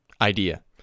Idea